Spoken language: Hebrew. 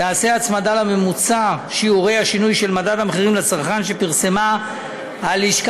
תיעשה הצמדה לממוצע שיעורי השינוי של מדד המחירים לצרכן שפרסמה הלשכה